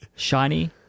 shiny